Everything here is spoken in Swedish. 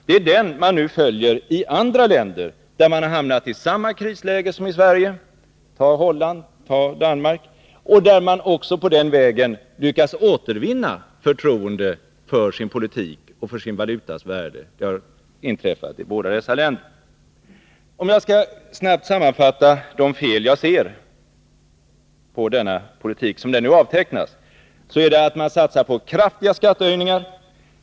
Det är den man nu följer i andra länder där man har hamnat i samma krisläge som Sverige — ta Holland, ta Danmark — och på den vägen har man också lyckats återvinna förtroende för sin politik och för sin valutas värde; det har inträffat i båda dessa länder. Jag skall snabbt sammanfatta de fel jag ser i denna politik, som den nu avtecknar sig. Man satsar på kraftiga skattehöjningar.